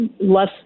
less